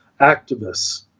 activists